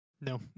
No